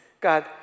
God